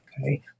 okay